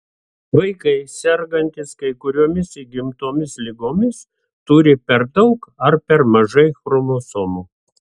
vaikai sergantys kai kuriomis įgimtomis ligomis turi per daug ar per mažai chromosomų